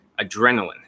adrenaline